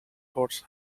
horse